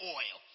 oil